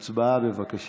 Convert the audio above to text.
הצבעה, בבקשה.